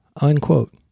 unquote